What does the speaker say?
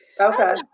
okay